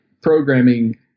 programming